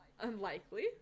unlikely